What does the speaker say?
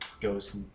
goes